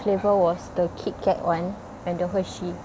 flavour was the kit kat one and the hershey's